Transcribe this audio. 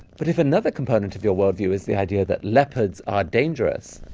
but if another component of your worldview is the idea that leopards are dangerous,